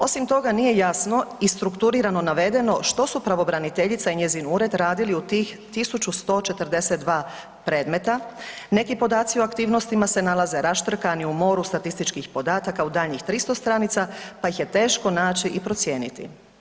Osim toga nije jasno i strukturirano navedeno što su pravobraniteljica i njezin ured radili u tih 1.142 predmeta, neki podaci o aktivnostima se nalaze raštrkani u moru statističkih podataka u daljnjih 300 stranica pa ih je teško naći i procijeniti.